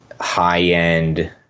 high-end